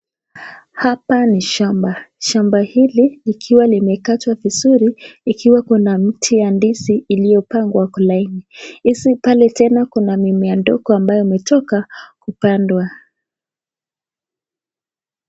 Hapa ni shamba. Shamba hili likiwa limekatwa vizuri ikiwa kuna miti ya ndizi iliyopangwa kwa laini. Hizo pale tena kuna mimea ndogo ambayo imetoka kupandwa.